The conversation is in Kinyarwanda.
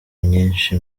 nyinshi